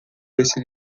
esse